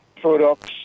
products